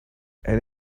and